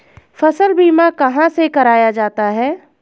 फसल बीमा कहाँ से कराया जाता है?